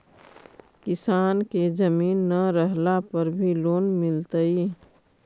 किसान के जमीन न रहला पर भी लोन मिलतइ?